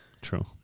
True